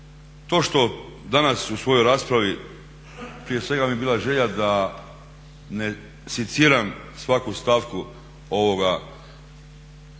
To što danas u svojoj raspravi, prije svega i je bila želja da ne seciram svaku stavku ovoga